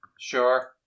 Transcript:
Sure